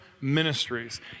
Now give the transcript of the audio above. Ministries